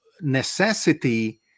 necessity